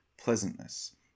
pleasantness